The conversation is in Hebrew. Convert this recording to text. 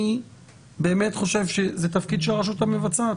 אני באמת חושב שזה תפקיד של הרשות המבצעת,